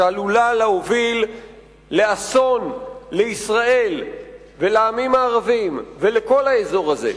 שעלולה להוביל לאסון לישראל ולעמים הערביים ולכל האזור הזה,